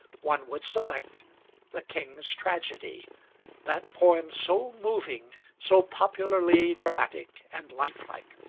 one would select the king's tragedy that poem so moving, so popularly dramatic, and lifelike.